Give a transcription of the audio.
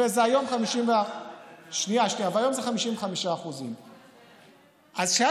וזה היום 55%. אז כשזה היה